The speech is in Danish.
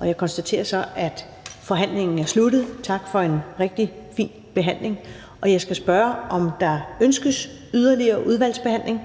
Jeg konstaterer så, at forhandlingen er sluttet. Tak for en rigtig fin behandling. Jeg skal spørge, om der ønskes yderligere udvalgsbehandling.